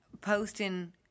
posting